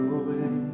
away